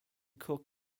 cook